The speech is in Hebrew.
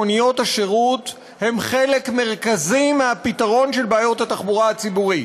מוניות השירות הן חלק מרכזי מהפתרון של בעיות התחבורה הציבורית.